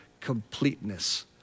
completeness